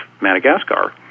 Madagascar